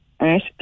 Right